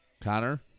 Connor